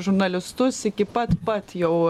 žurnalistus iki pat pat jau